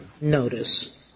notice